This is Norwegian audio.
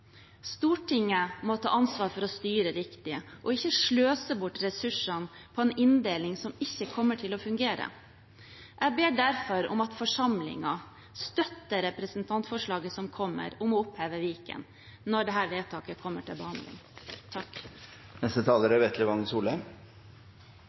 Stortinget må ta ansvar for å styre riktig og ikke sløse bort ressursene på en inndeling som ikke kommer til å fungere. Jeg ber derfor om at forsamlingen støtter representantforslaget som kommer om å oppheve Viken, når dette kommer til behandling.